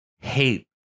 hate